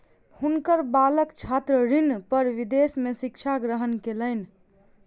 हुनकर बालक छात्र ऋण पर विदेश में शिक्षा ग्रहण कयलैन